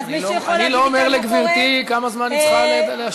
אני לא אומר לגברתי כמה זמן היא צריכה להשיב.